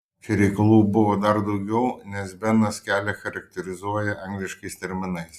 čia reikalų buvo dar daugiau nes benas kelią charakterizuoja angliškais terminais